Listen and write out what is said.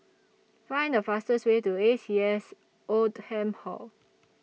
Find The fastest Way to A C S Oldham Hall